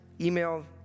email